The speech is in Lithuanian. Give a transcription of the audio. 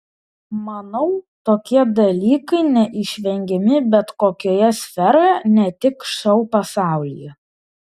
manau tokie dalykai neišvengiami bet kokioje sferoje ne tik šou pasaulyje